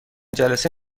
جلسه